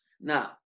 Now